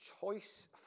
choice